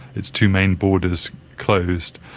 its two main borders closed,